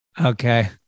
Okay